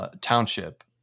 Township